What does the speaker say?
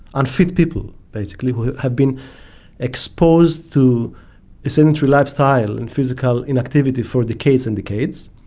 unfit people basically who have been exposed to a sedentary lifestyle and physical inactivity for decades and decades,